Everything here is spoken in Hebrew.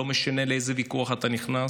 לא משנה לאיזה ויכוח אתה נכנס,